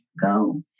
go